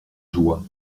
joie